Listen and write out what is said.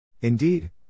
Indeed